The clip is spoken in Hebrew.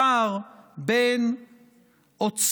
הפער בין עוצמת